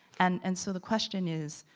and and so the question is,